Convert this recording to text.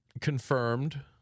confirmed